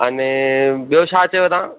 अने ॿियो छा चयो तव्हां